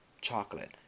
chocolate